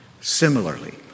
Similarly